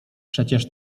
przecież